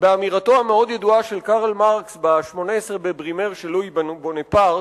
באמירתו המאוד ידועה של קרל מרקס ב"18 בברימר של לואי בונפרט".